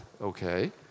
okay